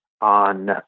on